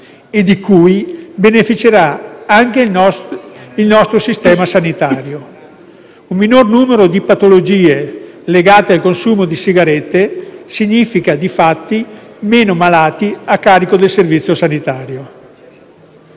e di cui beneficerà anche il nostro sistema sanitario. Un minor numero di patologie legate al consumo di sigarette significa difatti meno malati a carico del servizio sanitario.